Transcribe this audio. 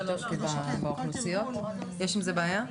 אני